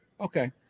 Okay